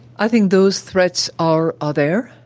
i think those threats are ah there.